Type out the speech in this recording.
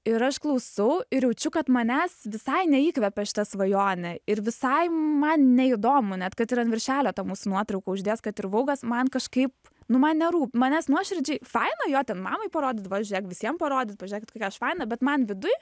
ir aš klausau ir jaučiu kad manęs visai neįkvepia šita svajonė ir visai man neįdomu net kad ir an viršelio tą mūsų nuotrauką uždės kad ir vougas man kažkaip nu man nerūpi manęs nuoširdžiai faina jo ten mamai parodyt va žiūrėk visiem parodyt pažiūrėkit kokia aš faina bet man viduj